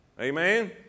Amen